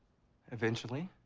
eventually.